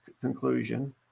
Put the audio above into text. conclusion